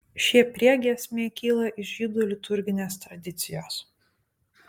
šie priegiesmiai kyla iš žydų liturginės tradicijos